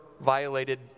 violated